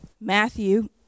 Matthew